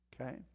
Okay